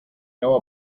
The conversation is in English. know